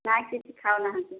ନାଇଁ କିଛି ଖାଉନାହାନ୍ତି